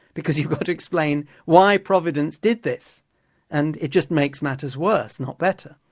because you've got to explain why providence did this and it just makes matters worse not better.